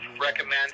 recommend